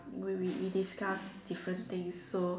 we we we discuss different things so